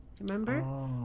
Remember